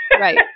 Right